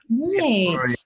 Right